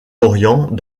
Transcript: orient